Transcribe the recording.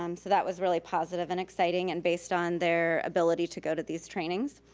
um so that was really positive and exciting and based on their ability to go to these trainings.